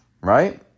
right